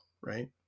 right